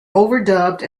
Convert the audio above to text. overdubbed